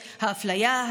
האפליה,